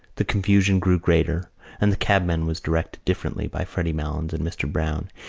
the confusion grew greater and the cabman was directed differently by freddy malins and mr. browne,